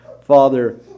Father